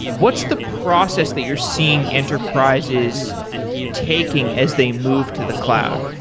what's the process that you're seeing enterprises taking as they moved to the cloud?